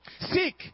Seek